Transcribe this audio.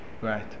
Right